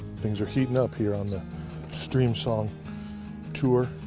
things are heating up here on the streamsong tour.